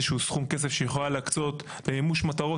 שהוא סכום כסף שהיא יכולה להקצות למימוש מטרות,